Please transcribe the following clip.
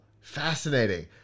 fascinating